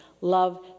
love